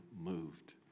moved